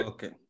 Okay